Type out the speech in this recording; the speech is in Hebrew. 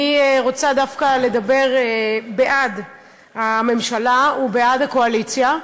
אני רוצה דווקא לדבר בעד הממשלה ובעד הקואליציה.